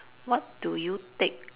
what do you take